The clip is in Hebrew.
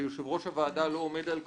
שיושב-ראש הוועדה לא עומד על כבודה,